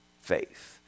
faith